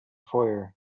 foyer